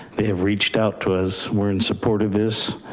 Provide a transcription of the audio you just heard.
they have reached out to us. we're in support of this.